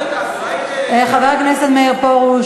חבר הכנסת מאיר פרוש,